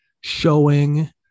showing